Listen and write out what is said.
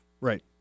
Right